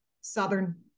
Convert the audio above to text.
Southern